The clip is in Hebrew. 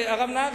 הרב נהרי,